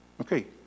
Okay